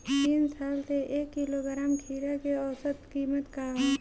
तीन साल से एक किलोग्राम खीरा के औसत किमत का ह?